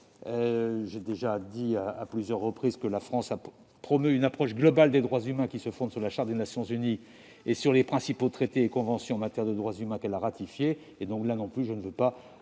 j'ai déjà dit à plusieurs reprises que la France promouvait une approche globale des droits humains qui se fonde sur la Charte des Nations unies et sur les principaux traités et conventions en matière de droits humains qu'elle a ratifiés. Énumérer avant l'article 1 du projet